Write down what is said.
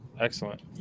excellent